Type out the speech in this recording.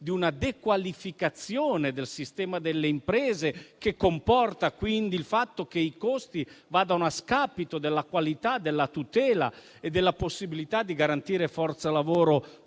di una dequalificazione del sistema delle imprese, che comporta quindi il fatto che i costi vadano a scapito della qualità, della tutela e della possibilità di garantire forza lavoro formata e